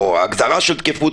או הגדרה של תקפות,